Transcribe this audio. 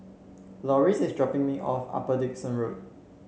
Loris is dropping me off Upper Dickson Road